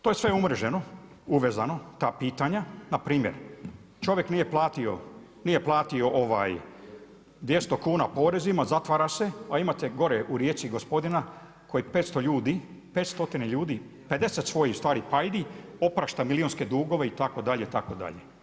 To je sve umreženo, uvezano ta pitanja npr. čovjek nije platio 200 kuna poreza zatvara se, a imate gore u Rijeci gospodina koji 500 ljudi, 50 svojih ustvari pajdi oprašta milijunske dugove itd., itd.